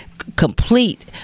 complete